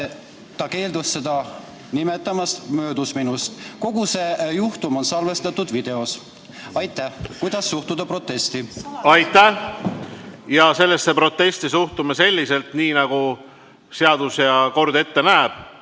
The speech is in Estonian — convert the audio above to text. Ta keeldus seda ütlemast ja möödus minust. Kogu see juhtum on salvestatud videos. Kuidas suhtute protesti? Aitäh! Jaa, sellesse protesti suhtume selliselt, nagu seadus ja kord ette näeb.